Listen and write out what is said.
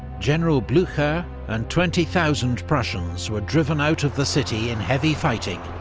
general blucher and twenty thousand prussians were driven out of the city in heavy fighting,